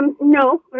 No